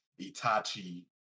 Itachi